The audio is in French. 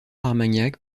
armagnac